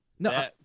No